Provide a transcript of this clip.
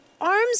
arms